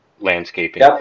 Landscaping